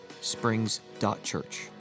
springs.church